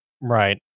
Right